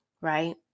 right